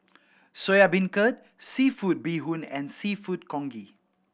Soya Beancurd seafood bee hoon and Seafood Congee